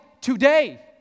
today